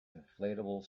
inflatable